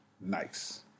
nice